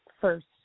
first